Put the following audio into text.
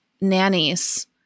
nannies